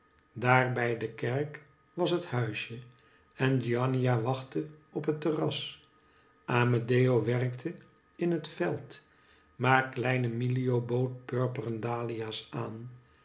bij de kerk was het huisje en giannina wachtte op het terras amedeo werkte in het veld maar kleine milio bood purperen dahlia's aan